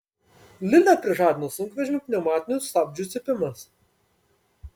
lilę prižadino sunkvežimio pneumatinių stabdžių cypimas